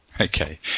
Okay